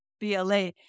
BLA